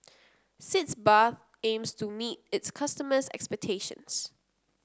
Sitz Bath aims to meet its customers' expectations